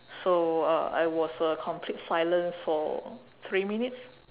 so uh I was uh complete silence for three minutes